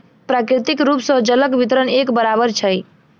प्राकृतिक रूप सॅ जलक वितरण एक बराबैर नै अछि